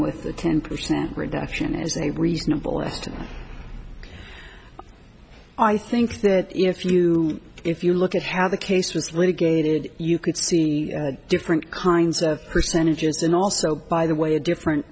with a ten percent reduction is a reasonable estimate i think that if you if you look at how the case was litigated you could see different kinds of percentages and also by the way a different